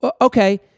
Okay